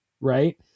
right